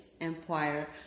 empire